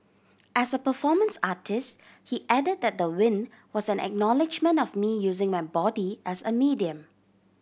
as a performance artist he add that the win was an acknowledgement of me using my body as a medium